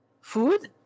Food